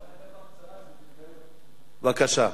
בבקשה,